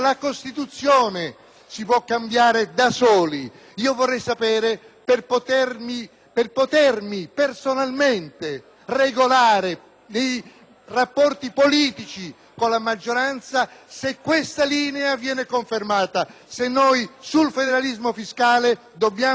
si può cambiare da soli! Vorrei sapere, per potermi personalmente regolare nei rapporti politici con la maggioranza, se questa linea viene confermata e se noi dell'opposizione, sul federalismo fiscale, dobbiamo atteggiarci